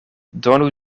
donu